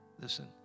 Listen